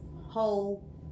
whole